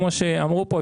כמו שאמרו פה,